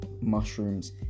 mushrooms